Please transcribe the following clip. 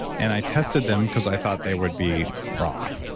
and i tested them because i thought they would be wrong,